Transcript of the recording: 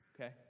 okay